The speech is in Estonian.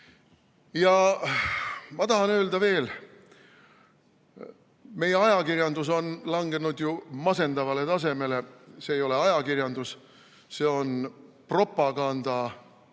Ja ma tahan öelda veel. Meie ajakirjandus on langenud ju masendavale tasemele. See ei ole ajakirjandus, see on propagandakontsern